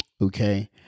okay